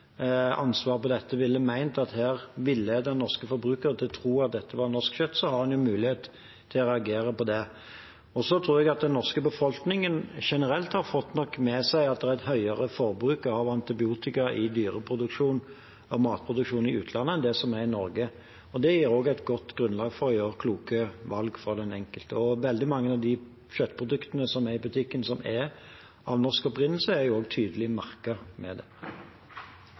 ansvar for dette, ville ment at her villeder en norske forbrukere til å tro at dette er norsk kjøtt, har en jo mulighet til å reagere på det. Så tror jeg at den norske befolkningen generelt nok har fått med seg at det er et høyere forbruk av antibiotika i dyreproduksjon og matproduksjon i utlandet enn det er i Norge. Det gir også et godt grunnlag for den enkelte for å gjøre kloke valg. Veldig mange av de kjøttproduktene som er i butikken som er av norsk opprinnelse, er også tydelig merket med det.